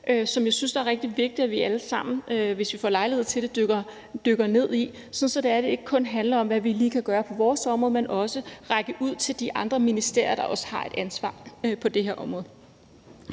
som jeg synes det er rigtig vigtigt at vi alle sammen, hvis vi får lejlighed til det, dykker ned i, så det ikke kun handler om, hvad vi lige kan gøre på vores område, men også om at række ud til de andre ministerier, der også har et ansvar på det her område.